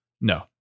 No